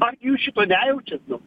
argi jūs šito nejaučiat nu